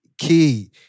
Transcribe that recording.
Key